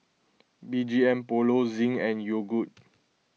B G M Polo Zinc and Yogood